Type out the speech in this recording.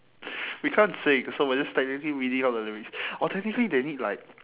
we can't say cause so we are just technically reading out the lyrics or technically they need like